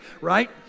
right